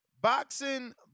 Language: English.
Boxing